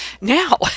Now